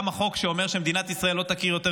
גם החוק שאומר שמדינת ישראל לא תכיר יותר